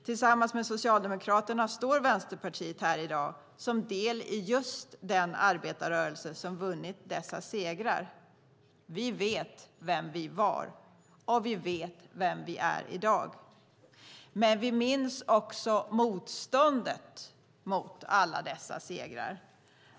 Tillsammans med Socialdemokraterna står Vänsterpartiet här i dag som en del av just den arbetarrörelse som vunnit dessa segrar. Vi vet vilka vi var, och vi vet vilka vi i dag är. Men vi minns också motståndet mot alla dessa segrar.